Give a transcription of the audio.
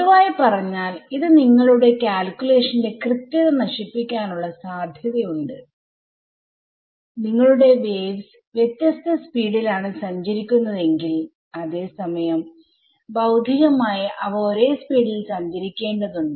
പൊതുവായി പറഞ്ഞാൽ ഇത് നിങ്ങളുടെ കാൽകുലേഷന്റെ കൃത്യത നശിപ്പിക്കാനുള്ള സാധ്യത ഉണ്ട് നിങ്ങളുടെ വേവ്സ് വ്യത്യസ്ത സ്പീഡിൽ ആണ് സഞ്ചരിക്കുന്നതെങ്കിൽ അതേസമയം ഭൌതികമായി അവ ഒരേ സ്പീഡിൽ സഞ്ചരിക്കേണ്ടതുണ്ട്